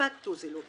דה-פקטו זה לא קיים.